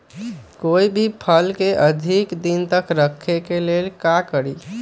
कोई भी फल के अधिक दिन तक रखे के लेल का करी?